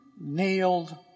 nailed